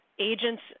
agents